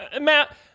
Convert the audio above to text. Matt